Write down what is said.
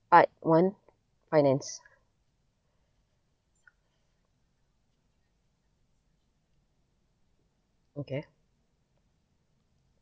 part one finance okay